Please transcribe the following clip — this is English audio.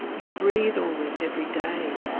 you breathe all this every day.